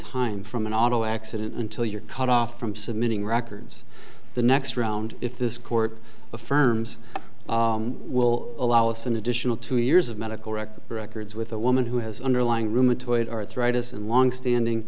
time from an auto accident until you're cut off from submitting records the next round if this court affirms will allow us an additional two years of medical record records with a woman who has underlying rheumatoid arthritis and long standing